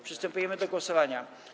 Przystępujemy do głosowania.